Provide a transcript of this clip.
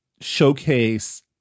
showcase